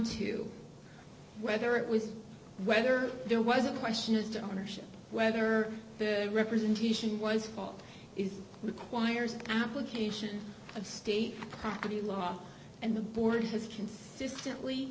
to whether it was whether there was a question as to ownership whether their representation was false it requires application of state property law and the board has consistently